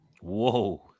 Whoa